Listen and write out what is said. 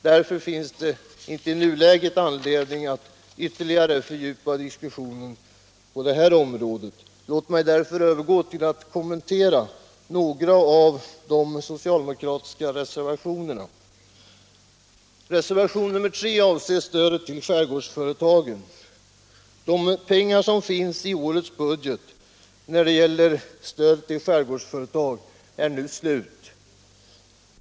Därför finns det inte anledning att i nuläget ytterligare fördjupa diskussionen på det här området. Låt mig därför övergå till att kommentera några av de socialdemokratiska reservationerna. Reservationen 3 avser stödet till skärgårdsföretagen. De pengar som finns i årets budget för stöd till skärgårdsföretagen är nu slut.